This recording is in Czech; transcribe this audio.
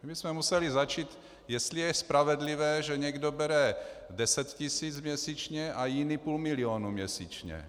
My bychom museli začít, jestli je spravedlivé, že někdo bere deset tisíc měsíčně a jiný půl milionu měsíčně.